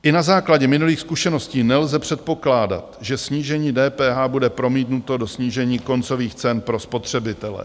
I na základě minulých zkušeností nelze předpokládat, že snížení DPH bude promítnuto do snížení koncových cen pro spotřebitele.